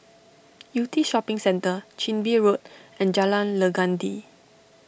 Yew Tee Shopping Centre Chin Bee Road and Jalan Legundi